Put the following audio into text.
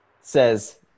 Says